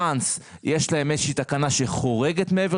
Once יש להם איזו שהיא תקנה שחורגת מעבר